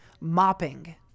mopping